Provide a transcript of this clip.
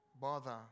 bother